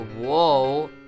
Whoa